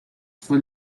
full